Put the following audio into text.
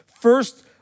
first